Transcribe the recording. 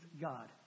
God